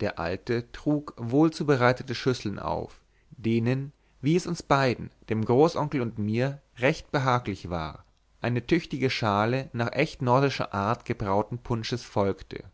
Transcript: der alte trug wohlzubereitete schüsseln auf denen wie es uns beiden dem großonkel und mir recht behaglich war eine tüchtige schale nach echt nordischer art gebrauten punsches folgte